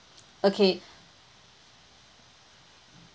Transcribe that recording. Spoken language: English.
okay